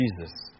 Jesus